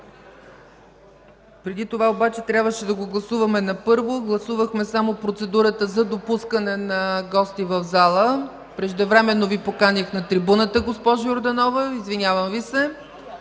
Преди това обаче трябваше да гласуваме на първо. Гласувахме само процедурата за допускане на гостите в залата. Преждевременно Ви поканих на трибуната, госпожо Йорданова, извинявам Ви се.